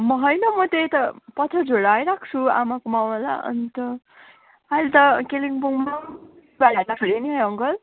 म होइन म त यता पत्थरझोडा आइरहेको छु आमाको मावला अन्त अहिले त कालिम्पोङमा बिहिबारे हाट लाग्छ अरे नि अङ्कल